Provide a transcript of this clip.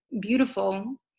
beautiful